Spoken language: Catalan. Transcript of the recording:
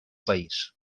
país